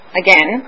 again